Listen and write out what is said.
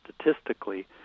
statistically